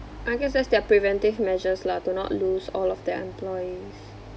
I guess that's their preventive measures lah to not lose all of their employees